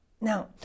Now